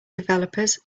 developers